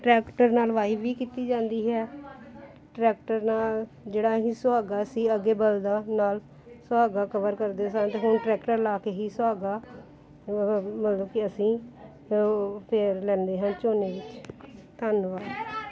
tractor ਨਾਲ ਵਾਹੀ ਵੀ ਕੀਤੀ ਜਾਂਦੀ ਹੈ ਟਰੈਕਟਰ ਨਾਲ ਜਿਹੜਾ ਅਸੀਂ ਸੁਹਾਗਾ ਸੀ ਅੱਗੇ ਬਲਦਾਂ ਨਾਲ ਸੁਹਾਗਾ ਕਵਰ ਕਰਦੇ ਸਨ ਅਤੇ ਹੁਣ ਟਰੈਕਟਰ ਲਾ ਕੇ ਹੀ ਸੁਹਾਗਾ ਉਹ ਮਤਲਬ ਕਿ ਅਸੀਂ ਉਹ ਫੇਰ ਲੈਂਦੇ ਹਾਂ ਝੋਨੇ ਵਿੱਚ ਧੰਨਵਾਦ